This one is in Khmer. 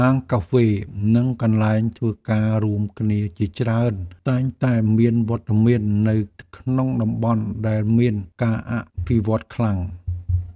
ហាងកាហ្វេ និងកន្លែងធ្វើការរួមគ្នាជាច្រើន តែងតែមានវត្តមាននៅក្នុងតំបន់ដែលមានការអភិវឌ្ឍខ្លាំង។